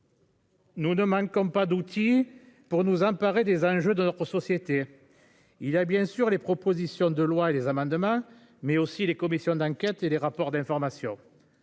Nous ne manquons pas d'outils pour nous emparer des enjeux de notre société. Il a bien sûr les propositions de loi et les amendements mais aussi les commissions d'enquête et les rapports d'information.